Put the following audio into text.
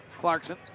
Clarkson